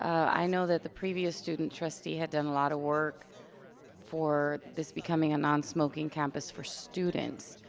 i know that the previous student trustee had done a lot of work for this becoming a non-smoking campus for students.